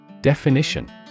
Definition